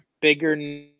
bigger